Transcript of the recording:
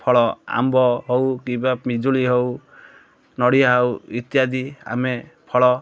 ଫଳ ଆମ୍ବ ହଉ କିମ୍ବା ପିଜୁଳି ହଉ ନଡ଼ିଆ ହଉ ଇତ୍ୟାଦି ଆମେ ଫଳ